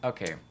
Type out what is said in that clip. Okay